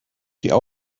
diese